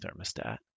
thermostat